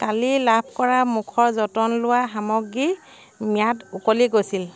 কালি লাভ কৰা মুখৰ যতন লোৱা সামগ্ৰীৰ ম্যাদ উকলি গৈছিল